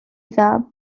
dda